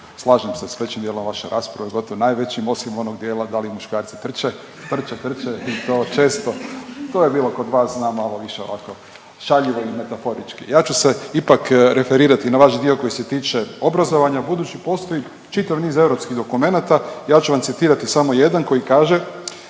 slažem se s većim dijelom vaše rasprave gotovo najvećim osim onog dijela da li muškarci trče, trče, trče i to često. To je bilo kod vas znam malo više ovako šaljivo i metaforički. Ja ću se ipak referirati na vaš dio koji se tiče obrazovanja budući postoji čitav niz europskih dokumenata ja ću vam citirati samo jedan koji kaže